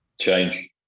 Change